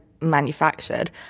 manufactured